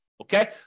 Okay